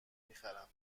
میخرم